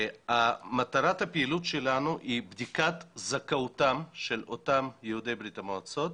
מטרת הפעילות שלנו היא בדיקת זכאותם של אותם יהודי ברית המועצות,